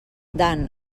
dan